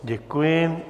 Děkuji.